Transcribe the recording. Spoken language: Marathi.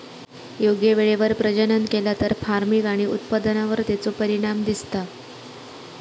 योग्य वेळेवर प्रजनन केला तर फार्मिग आणि उत्पादनावर तेचो परिणाम दिसता